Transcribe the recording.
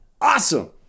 awesome